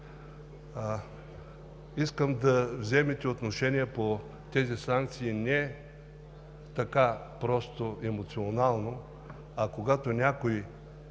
Искам да вземете отношение по тези санкции не така просто емоционално, а когато някой